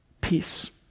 Peace